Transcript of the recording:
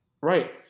Right